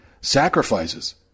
sacrifices